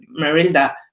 Marilda